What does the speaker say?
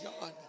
God